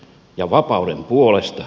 ja vapauden puolesta